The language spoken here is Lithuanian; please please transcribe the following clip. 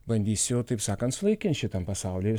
bandysiu taip sakant sunaikint šitam pasauliui